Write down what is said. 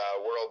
World